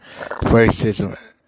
Racism